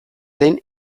den